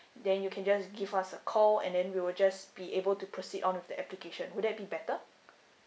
then you can just give us a call and then we will just be able to proceed on with the application would that be better